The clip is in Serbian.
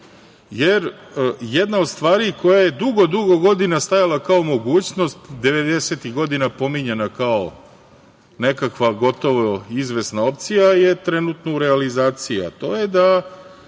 jer jedna od stvari koja je dugo godina stajala kao mogućnost devedesetih godina, pominjana kao nekakva gotovo izvesna opcija, je trenutno u realizaciji, a to je da